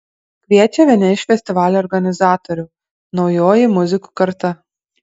kviečia vieni iš festivalio organizatorių naujoji muzikų karta